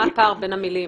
מה הפער בין המילים?